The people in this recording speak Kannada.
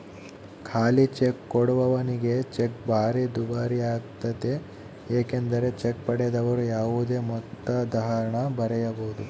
ಖಾಲಿಚೆಕ್ ಕೊಡುವವನಿಗೆ ಚೆಕ್ ಭಾರಿ ದುಬಾರಿಯಾಗ್ತತೆ ಏಕೆಂದರೆ ಚೆಕ್ ಪಡೆದವರು ಯಾವುದೇ ಮೊತ್ತದಹಣ ಬರೆಯಬೊದು